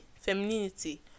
femininity